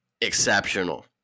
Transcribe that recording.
exceptional